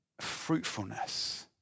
fruitfulness